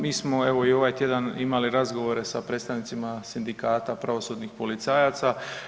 Mi smo evo i ovaj tjedan imali razgovore sa predstavnicima sindikata pravosudnih policajaca.